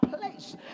place